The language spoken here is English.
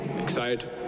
excited